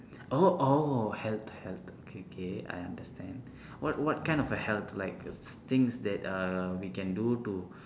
oh oh health health okay okay I understand what what kind of health like things that uh we can do to